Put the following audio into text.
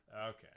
Okay